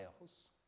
else